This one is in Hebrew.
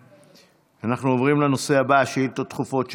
אנחנו עוברים לנושא הבא, שאילתות דחופות.